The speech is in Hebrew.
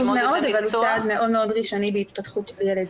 מאוד אבל הוא צד מאוד ראשוני בהתפתחות הילד.